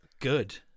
good